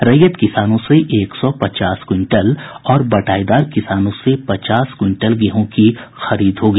रैयत किसानों से एक सौ पचास क्विंटल और बटाईदार किसानों से पचास क्विंटल गेहूँ की खरीद होगी